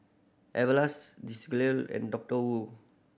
Everlast Desigual and Doctor Wu